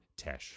TESH